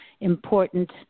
important